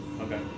Okay